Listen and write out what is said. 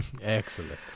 Excellent